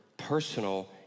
personal